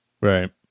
Right